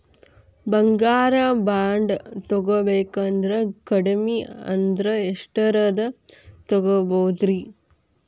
ಬಂಗಾರ ಬಾಂಡ್ ತೊಗೋಬೇಕಂದ್ರ ಕಡಮಿ ಅಂದ್ರ ಎಷ್ಟರದ್ ತೊಗೊಬೋದ್ರಿ?